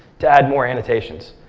to add more annotations.